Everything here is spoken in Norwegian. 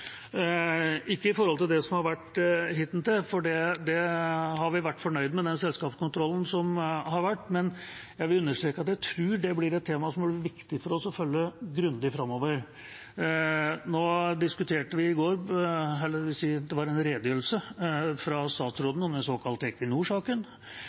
det som har vært hittil, for den selskapskontrollen som har vært, har vi vært fornøyd med. Men jeg vil understreke at jeg tror det blir et tema som blir viktig for oss å følge grundig framover. Nå diskuterte vi i går en redegjørelse fra olje- og energiministeren om den såkalte Equinor-saken. Det har vært diskusjon – i fjorårets rapport var